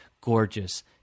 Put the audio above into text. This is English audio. gorgeous